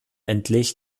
endlich